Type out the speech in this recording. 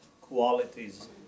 qualities